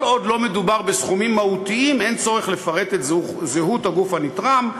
כל עוד לא מדובר בסכומים מהותיים אין צורך לפרט את זהות הגוף הנתרם,